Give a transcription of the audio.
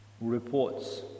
reports